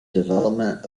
development